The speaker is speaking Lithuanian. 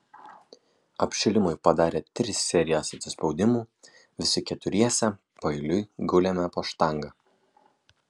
apšilimui padarę tris serijas atsispaudimų visi keturiese paeiliui gulėme po štanga